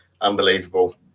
Unbelievable